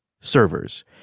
servers